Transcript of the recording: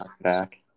back